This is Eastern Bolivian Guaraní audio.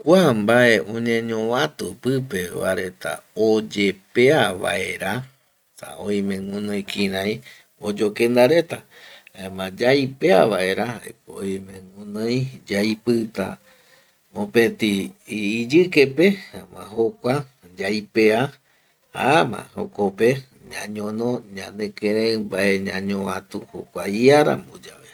Kua mbae oñeñovatu mbae pipe vareta oyepea vaera esa oime guinoi kirai oyokenda reta, jaema yaipea vaera jaeko oime guinoi yaipita mopeti iyikepe, jaema jokua yaipea ama jaema jokope ñañono ñanekirei mbae ñañovatu jokua iarambo yave